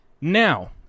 Now